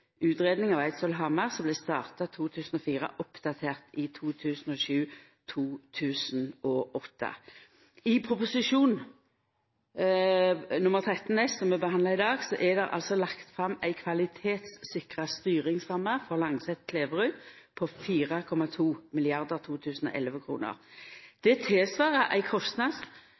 som vart starta i 2004 og oppdatert i 2007/2008. I Prop. 13 S, som vi behandlar i dag, er det altså lagt fram ei kvalitetssikra styringsramme for Langset–Kleverud på 4,2 mrd. 2011-kroner. Det